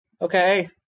Okay